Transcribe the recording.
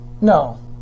No